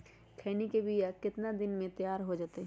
खैनी के बिया कितना दिन मे तैयार हो जताइए?